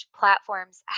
platforms